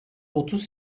otuz